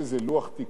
כן,